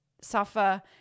suffer